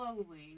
slowly